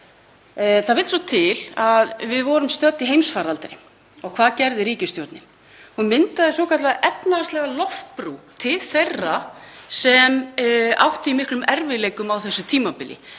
Það vill svo til að við vorum stödd í heimsfaraldri, og hvað gerði ríkisstjórnin? Hún myndaði svokallaða efnahagslega loftbrú til þeirra sem áttu í miklum erfiðleikum á þessu tímabili.